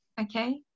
Okay